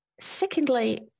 Secondly